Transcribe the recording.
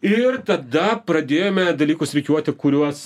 ir tada pradėjome dalykus rikiuoti kuriuos